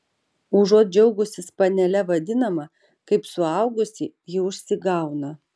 užuot džiaugusis panele vadinama kaip suaugusi ji užsigauna